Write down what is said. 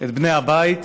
את בני הבית,